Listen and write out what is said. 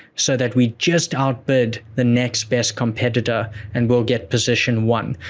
so that we just outbid the next best competitor and we'll get position one.